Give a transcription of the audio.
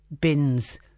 bins